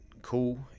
cool